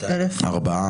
הרוויזיה הוסרה.